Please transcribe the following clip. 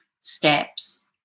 steps